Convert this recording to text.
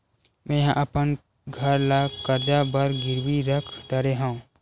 मेहा अपन घर ला कर्जा बर गिरवी रख डरे हव